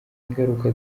ingaruka